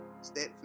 Step